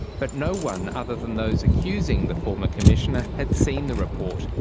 but no one other than those accusing the former commissioner had seen the report,